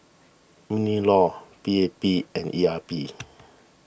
MinLaw P A P and E R P